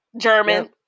German